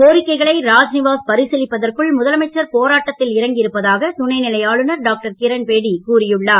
கோரிக்கைகளை ராஜ்நிவாஸ் பரிசீலிப்பதற்குள் முதலமைச்சர் போராட்டத்தில் இறங்கியிருப்பதாக துணைநிலை ஆளுநர் டாக்டர் கிரண்பேடி கூறியுள்ளார்